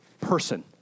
person